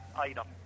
item